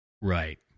Right